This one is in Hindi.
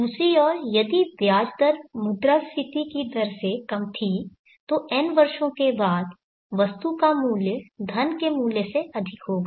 दूसरी ओर यदि ब्याज दर मुद्रास्फीति की दर से कम थी तो n वर्षों के बाद वस्तु का मूल्य धन के मूल्य से अधिक होगा